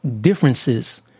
differences